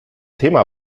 thema